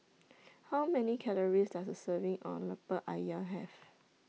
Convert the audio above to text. How Many Calories Does A Serving of Lemper Ayam Have